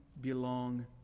belong